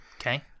Okay